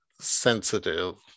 sensitive